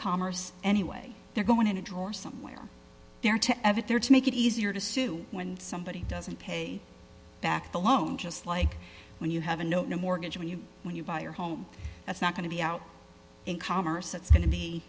commerce anyway they're going in a drawer somewhere there to every rd to make it easier to sue when somebody doesn't pay back the loan just like when you have a no no mortgage when you when you buy your home that's not going to be out in commerce it's going to be